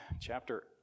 chapter